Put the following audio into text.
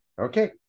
Okay